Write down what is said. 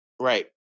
Right